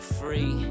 free